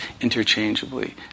interchangeably